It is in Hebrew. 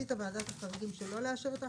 החליטה ועדת החריגים שלא לאשר את ההחלטה,